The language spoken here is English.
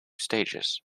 stages